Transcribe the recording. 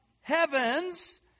heavens